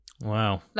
Wow